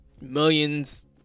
millions